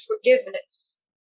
forgiveness